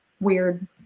weird